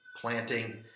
planting